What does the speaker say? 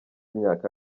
imyaka